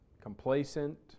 complacent